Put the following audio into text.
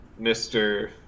Mr